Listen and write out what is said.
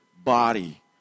body